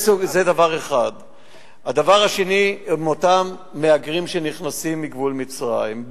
הדבר השני לגבי אותם מהגרים שנכנסים מגבול מצרים,